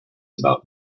about